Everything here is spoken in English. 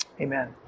Amen